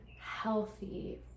healthy